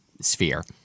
sphere